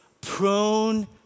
prone